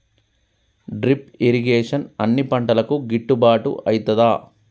Drip irrigation అన్ని పంటలకు గిట్టుబాటు ఐతదా?